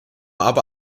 aber